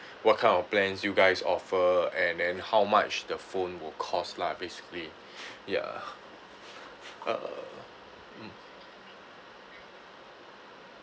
what kind of plans you guys offer and then how much the phone will cost lah basically ya uh mm